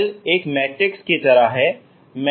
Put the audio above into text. L एक matrix की तरह है